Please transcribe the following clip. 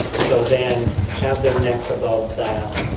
so then have their neck above that,